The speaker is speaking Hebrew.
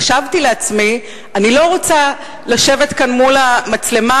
חשבתי לעצמי: אני לא רוצה לשבת כאן מול המצלמה